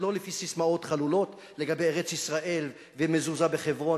ולא לפי ססמאות חלולות לגבי ארץ-ישראל ומזוזה בחברון ודברים כאלה,